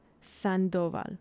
Sandoval